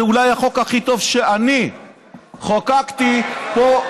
זה אולי החוק הכי טוב שאני חוקקתי פה,